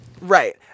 right